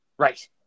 Right